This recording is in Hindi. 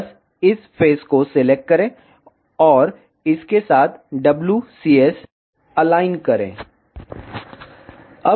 बस इस फेस को सिलेक्ट करें और इसके साथ WCS अलाइन करें